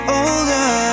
older